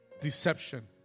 Deception